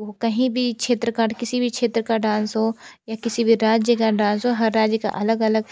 वो कहीं भी क्षेत्र का किसी भी क्षेत्र का डांस हो या किसी भी राज्य का डांस हो हर राज्य का अलग अलग